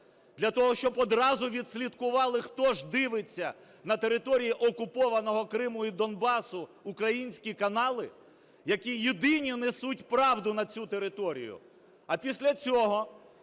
Для того, щоб одразу відслідкували, хто ж дивиться на території окупованого Криму і Донбасу українські канали, які єдині несуть правду на цю територію? А після цього